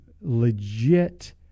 legit